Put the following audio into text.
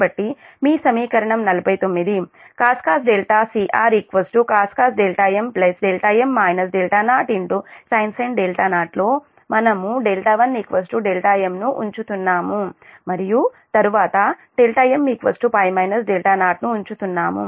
కాబట్టి మీ సమీకరణం 49 cos cr cos m δm -0sin 0 లో మనము 1 δm ను ఉంచుతున్నాము మరియు తరువాత δm π 0 ను ఉంచుతున్నాము